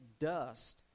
dust